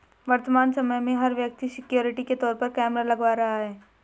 वर्तमान समय में, हर व्यक्ति सिक्योरिटी के तौर पर कैमरा लगवा रहा है